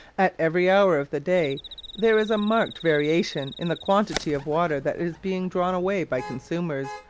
at every hour of the day there is a marked variation in the quantity of water that is being drawn away by consumers,